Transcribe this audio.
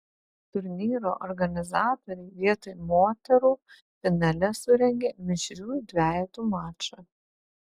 turnyro organizatoriai vietoj moterų finale surengė mišrių dvejetų mačą